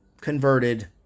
converted